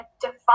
define